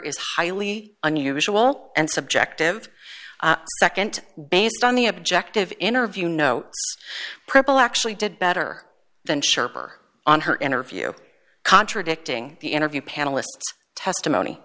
is highly unusual and subjective and based on the objective interview no purple actually did better than sharper on her interview contradicting the interview panelists testimony